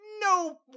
no